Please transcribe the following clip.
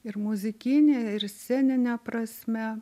ir muzikine ir scenine prasme